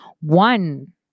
One